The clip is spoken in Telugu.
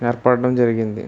ఏర్పడడం జరిగింది